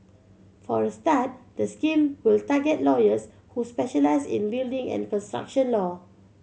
for a start the scheme will target lawyers who specialise in building and construction law